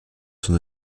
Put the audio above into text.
son